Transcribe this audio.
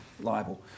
liable